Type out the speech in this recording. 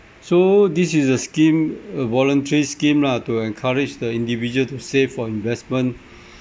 so this is the scheme a voluntary scheme lah to encourage the individual to save for investment